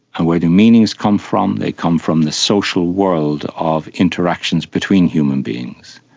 ah where do meanings come from? they come from the social world of interactions between human beings,